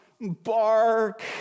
bark